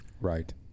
Right